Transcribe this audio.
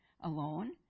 alone